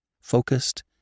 focused